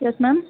yes ma'am